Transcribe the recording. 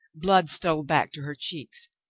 blood stole back to her cheeks.